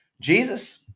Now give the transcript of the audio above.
Jesus